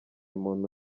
muntu